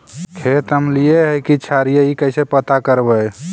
खेत अमलिए है कि क्षारिए इ कैसे पता करबै?